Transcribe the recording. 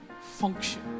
function